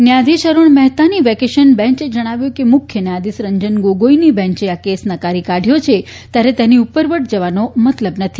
ન્યાયાધીશ અરૂણ મહેતાની વેકેશન બેન્ચે જણાવ્યું કે મુખ્ય ન્યાયાધીશ રંજન ગોગોઇની બેન્ચે આ કેસ નકારી કાઢ્યો છે ત્યારે તેની ઉપર વટ જવાનો મતલબ નથી